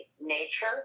nature